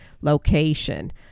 location